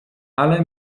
ale